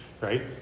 right